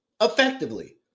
effectively